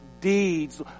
deeds